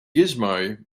gizmo